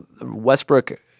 Westbrook